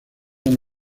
han